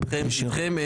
אני הקשבתי לכם,